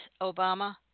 Obama